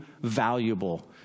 valuable